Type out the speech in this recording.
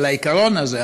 על העיקרון הזה,